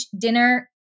dinner